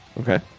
Okay